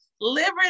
Liberty